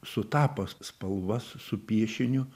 sutapo s spalvas su piešiniu